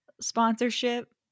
Sponsorship